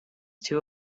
two